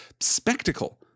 spectacle